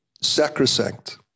sacrosanct